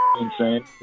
insane